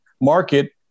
market